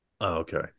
Okay